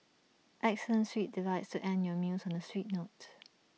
excellent sweet delights to end your meals on A sweet note